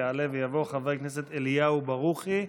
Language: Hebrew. יעלה ויבוא חבר הכנסת אליהו ברוכי,